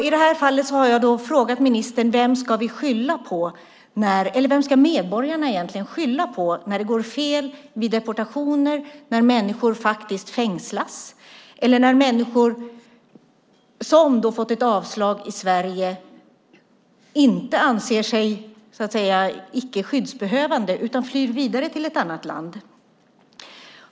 I det här fallet har jag frågat ministern vem medborgarna ska skylla på när det går fel vid deportationer och människor faktiskt fängslas eller när människor som fått avslag i Sverige inte anser sig icke-skyddsbehövande utan flyr vidare till ett annat land.